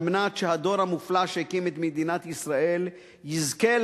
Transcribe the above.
על מנת שהדור המופלא שהקים את מדינת ישראל יזכה